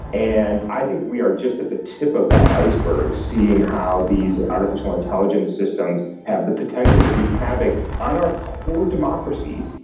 and i think we are just at the tip of that iceberg, seeing how these artificial intelligence systems have the potential to wreak havoc on our core democracies.